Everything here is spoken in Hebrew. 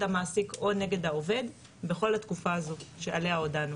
המעסיק או נגד העובד בכל התקופה הזאת שעליה הודענו.